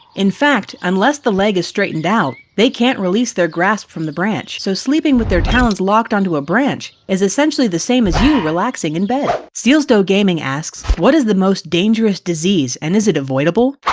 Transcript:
in fact, unless the leg is straightened out, they can't release their grasp from the branch. so sleeping with their talons locked onto a branch, is essentially the same as you relaxing in bed. one sealzdogaming asks, what is the most dangerous disease and is it avoidable?